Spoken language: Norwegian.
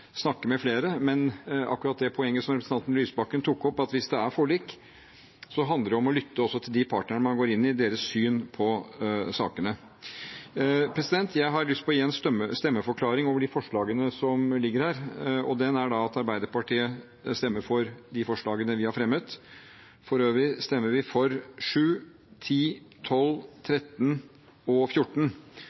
med flere, men akkurat det poenget representanten Lysbakken tok opp, er at hvis det er forlik, så handler det om å lytte også til de partnerne man går inn i det med, og til deres syn på sakene. Jeg har lyst til å gi en stemmeforklaring over de forslagene som ligger her, og den er da at Arbeiderpartiet stemmer for de forslagene vi har fremmet. For øvrig stemmer vi for forslagene nr. 7, 10, 12, 13 og 14.